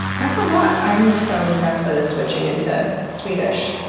that's a lot! i'm so impressed by the switching into swedish.